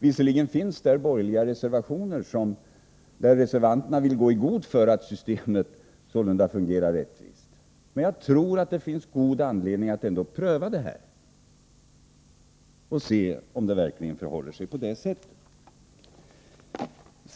Visserligen finns det borgerliga reservationer där reservanterna vill gå i god för att systemet fungerar rättvist. Men jag tror att det finns god anledning att ändå pröva obundna förhandlingar och se om det verkligen förhåller sig på det sättet.